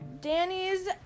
Danny's